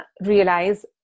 realize